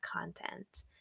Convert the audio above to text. content